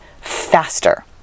faster